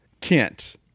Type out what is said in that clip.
Kent